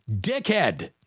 dickhead